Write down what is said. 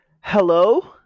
hello